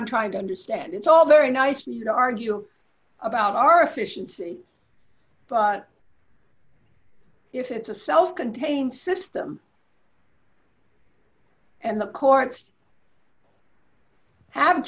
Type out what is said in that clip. i'm trying to understand it's all very nice to me you know argue about our efficiency but if it's a self contained system and the courts have